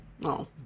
no